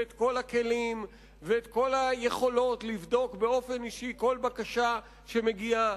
כל הכלים וכל היכולות לבדוק באופן אישי כל בקשה שמגיעה,